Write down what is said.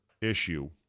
issue